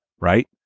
right